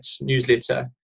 newsletter